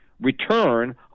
return